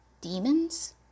Demons